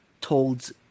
told